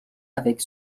avec